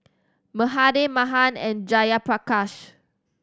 Mahade Mahan and Jayaprakash